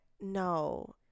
No